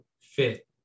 Fit